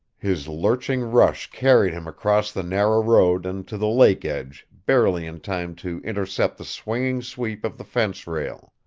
his lurching rush carried him across the narrow road and to the lake edge, barely in time to intercept the swinging sweep of the fence rail.